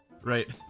Right